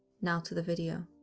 now to the video.